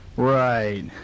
Right